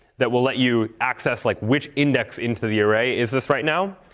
that will let you access like which index into the array is this right now.